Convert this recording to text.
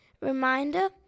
reminder